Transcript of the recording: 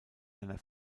einer